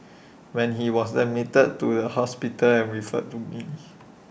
when he was admitted to the hospital and referred to me